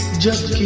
just